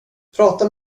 prata